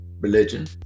religion